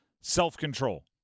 self-control